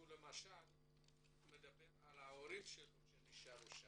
הוא מדבר על ההורים שנשארו שם.